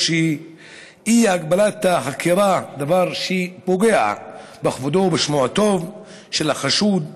אי-הגבלת החקירה זה דבר שפוגע בכבודו ובשמו הטוב של החשוד.